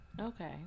Okay